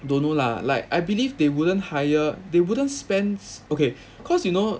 don't know lah like I believe they wouldn't hire they wouldn't spends okay cause you know